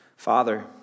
Father